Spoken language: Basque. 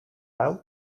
hau